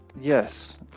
Yes